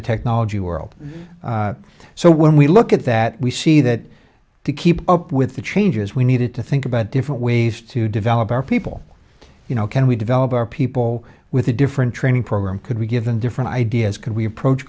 the technology world so when we look at that we see that to keep up with the changes we needed to think about different ways to develop our people you know can we develop our people with a different training program could we given different ideas can we approach